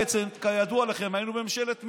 כידוע לכם, היינו ממשלת מיעוט,